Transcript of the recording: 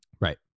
Right